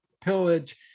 pillage